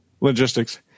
logistics